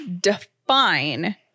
define